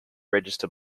register